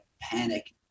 panic